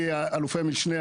אלופי משנה.